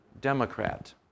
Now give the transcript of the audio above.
Democrat